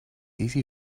easy